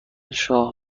شاه